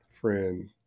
friend